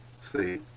See